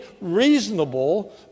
reasonable